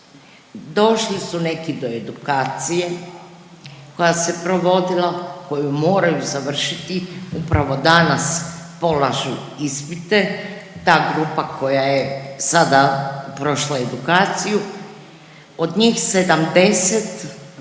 Došli su neki do edukacije koja se provodila koju moraju završiti, upravo danas polažu ispite, ta grupa koja je sada prošla edukaciju, od njih 70, 20-ak